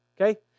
okay